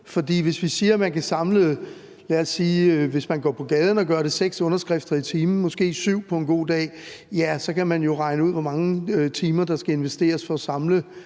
hvis vi siger, at man kan samle seks, måske syv underskrifter i timen på gaden på en god dag, så kan man jo regne ud, hvor mange timer der skal investeres for at samle